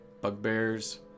bugbears